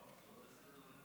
ההצעה להעביר את